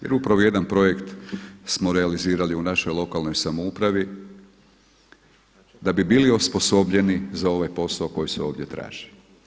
Jer upravo jedan projekt smo realizirali u našoj lokalnoj samoupravi da bi bili osposobljeni za ovaj posao koji se ovdje traži.